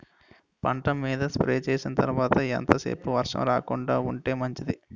పంట మీద స్ప్రే చేసిన తర్వాత ఎంత సేపు వర్షం రాకుండ ఉంటే మంచిది?